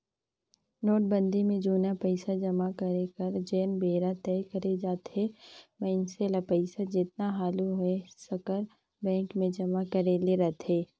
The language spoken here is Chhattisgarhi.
नोटबंदी में जुनहा पइसा जमा करे कर जेन बेरा तय करे जाथे मइनसे ल पइसा जेतना हालु होए सकर बेंक में जमा करे ले रहथे